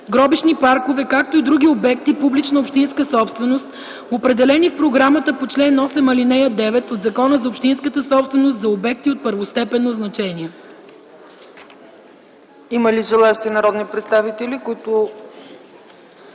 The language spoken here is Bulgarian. гробищни паркове, както и други обекти – публична общинска собственост, определени в програмата по чл. 8, ал. 9 от Закона за общинската собственост за обекти от първостепенно значение.”